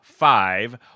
Five